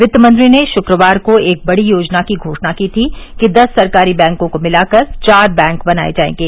वित्त मंत्री ने शुक्रवार को एक बड़ी योजना की घोषणा की थी कि दस सरकारी बैंकों को मिला कर चार बैंक बनाये जायेंगे